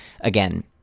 again